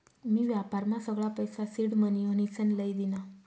मी व्यापारमा सगळा पैसा सिडमनी म्हनीसन लई दीना